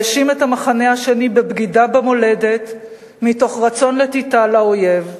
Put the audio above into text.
והאשים את המחנה השני בבגידה במולדת מתוך רצון לתתה לאויב.